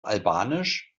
albanisch